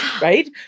right